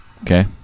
okay